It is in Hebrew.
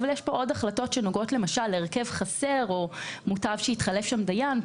אבל יש עוד החלטות שנוגעות להרכב חסר או מוטב שיתחלף שם דיין.